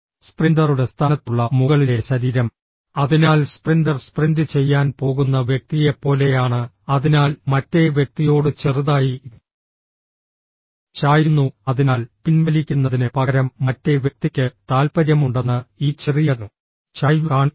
സ്പ്രിന്ററുടെ സ്ഥാനത്തുള്ള മുകളിലെ ശരീരം അതിനാൽ സ്പ്രിന്റർ സ്പ്രിന്റ് ചെയ്യാൻ പോകുന്ന വ്യക്തിയെപ്പോലെയാണ് അതിനാൽ മറ്റേ വ്യക്തിയോട് ചെറുതായി ചായുന്നു അതിനാൽ പിൻവലിക്കുന്നതിന് പകരം മറ്റേ വ്യക്തിക്ക് താൽപ്പര്യമുണ്ടെന്ന് ഈ ചെറിയ ചായ്വ് കാണിക്കുന്നു